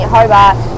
Hobart